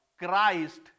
Christ